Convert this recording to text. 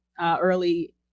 early